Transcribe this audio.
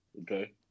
Okay